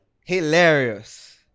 hilarious